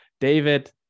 David